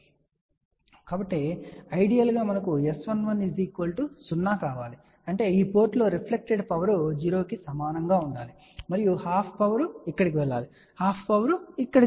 కాబట్టి ఐడియల్ గా మనకు S11 0 కావాలి అంటే ఈ పోర్టులో రిఫ్లెక్టెడ్ పవర్ 0 కి సమానంగా ఉండాలి మరియు హాఫ్ పవర్ ఇక్కడకు వెళ్ళాలి హాఫ్ పవర్ ఇక్కడకు వెళ్ళాలి